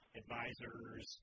advisors